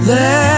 Let